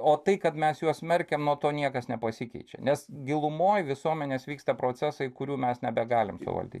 o tai kad mes juos smerkiam nuo to niekas nepasikeičia nes gilumoj visuomenės vyksta procesai kurių mes nebegalim suvaldyt